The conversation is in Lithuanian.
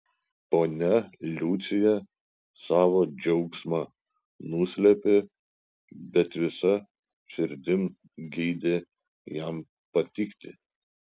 ponia liucija savo džiaugsmą nuslėpė bet visa širdim geidė jam patikti